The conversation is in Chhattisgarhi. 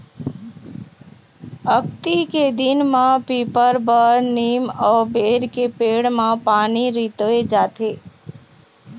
अक्ती के दिन म पीपर, बर, नीम अउ बेल के पेड़ म पानी रितोय जाथे